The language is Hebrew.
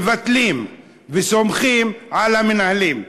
מבטלים וסומכים על המנהלים?